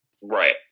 Right